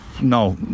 No